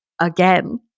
again